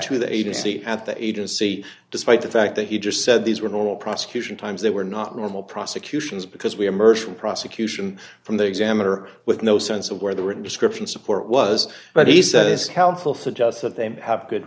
to the agency at the agency despite the fact that he just said these were normal prosecution times they were not normal prosecutions because we emerged from prosecution from the examiner with no sense of where the written description support was but he says counsel suggests that they may have good